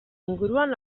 inguruan